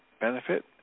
benefit